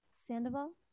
Sandoval